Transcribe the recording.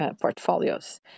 portfolios